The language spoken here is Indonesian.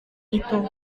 itu